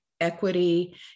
equity